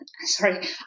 sorry